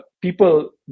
people